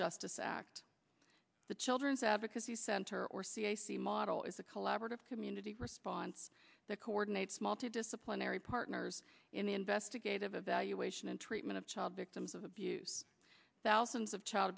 justice act the children's advocacy center or cac model is a collaborative community response that coordinates multidisciplinary partners in the investigative evaluation and treatment of child victims of abuse thousands of child